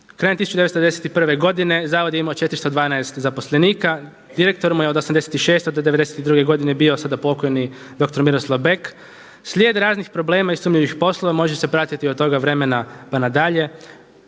krajem 1991. godine zavod je imao 412 zaposlenika, direktor mu je od '86. do '92. godine bio sada pokojni doktor Miroslav Bek. Slijed raznih problema i sumnjivih poslova može se pratiti od toga vremena pa nadalje.